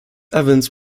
evans